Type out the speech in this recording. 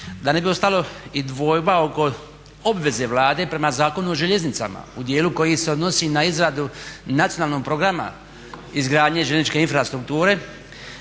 Da ne bi ostala i dvojba oko obveze Vlade prema Zakonu o željeznicama u dijelu koji se odnosi na izradu nacionalnog programa izgradnje željezničke infrastrukture,